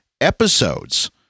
episodes